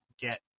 get